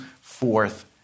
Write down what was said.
forth